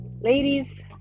ladies